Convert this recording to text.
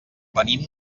venim